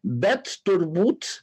bet turbūt